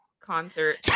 concert